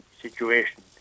situation